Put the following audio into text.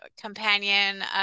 companion